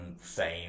fame